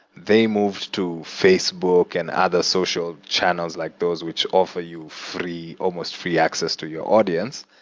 they moved to facebook and other social channels, like those which offer you free, almost free access to your audience,